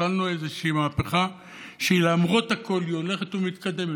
התחלנו איזושהי מהפכה שלמרות הכול היא הולכת ומתקדמת,